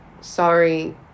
sorry